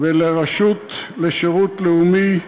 לרשות לשירות לאומי,